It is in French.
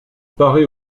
parait